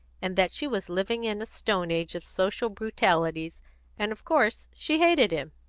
and that she was living in a stone age of social brutalities and of course she hated him.